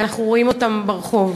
ואנחנו רואים אותם ברחוב.